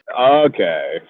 Okay